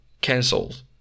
cancelled